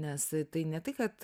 nes tai ne tai kad